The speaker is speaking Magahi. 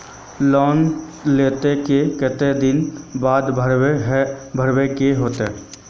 लोन लेल के केते दिन बाद भरे के होते?